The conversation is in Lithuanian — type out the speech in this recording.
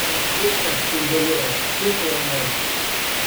konfliktas spinduliuoja stiprią energiją